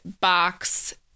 box